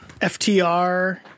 FTR